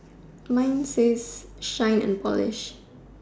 mine says shine and polish